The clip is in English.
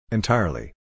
Entirely